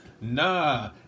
Nah